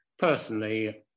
personally